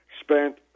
spent